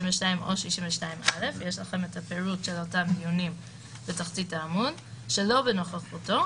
62 או 62א - יש לכם הפירוט של אותם דיונים בתחתית העמוד - שלא בנוכחותו,